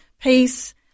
peace